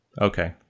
Okay